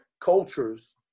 cultures